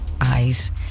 eyes